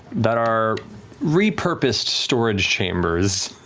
that are repurposed storage chambers,